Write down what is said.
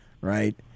right